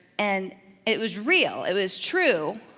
and it was real, it was true,